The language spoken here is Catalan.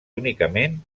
únicament